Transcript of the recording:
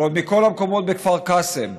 ועוד מכל המקומות בכפר קאסם,